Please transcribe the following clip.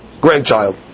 grandchild